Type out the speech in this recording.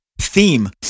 theme